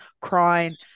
crying